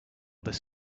this